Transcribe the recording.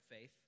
faith